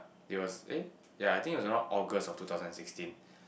it was eh ya I think it was around August of two thousand and sixteen